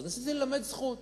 אז ניסיתי ללמד זכות.